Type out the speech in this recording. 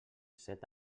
set